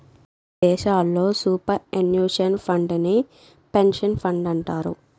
కొన్ని దేశాల్లో superannuation ఫండేనే పెన్సన్ ఫండంటారు